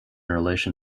relation